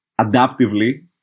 Adaptively